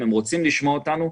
הם רוצים לשמוע אותנו,